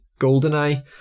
Goldeneye